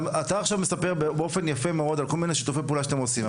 אתה מספר באופן מאוד יפה על כל מיני שיתופי פעולה שאתם עושים,